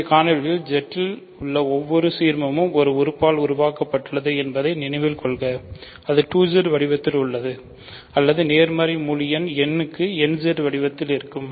முந்தைய காணொளியில் Z இல் உள்ள ஒவ்வொரு சீர்மமும் ஒரு உறுப்பால் உருவாக்கப்படுகிறது என்பதை நினைவில் கொள்க அது 2Z வடிவத்தில் உள்ளது அல்லது நேர்மறை முழு எண் n க்கு nZ வடிவத்தில் இருக்கும்